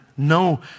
no